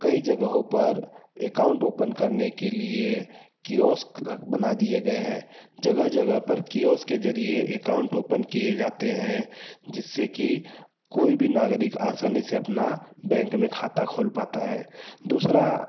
कई जगहों पर एकाउंट ओपन करने के लिए कियोस्क बना दिए गए हैं जगह जगह पर कियोस्क के जरिए एकाउंट ओपन किए जाते हैं जिससे कि कोई भी नागरिक आसानी से अपना बैंक में खाता खोल पाता है दूसरा